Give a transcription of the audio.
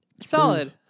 Solid